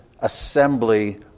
Assembly